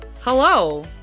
Hello